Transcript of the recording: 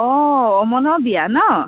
অঁ অমনৰ বিয়া ন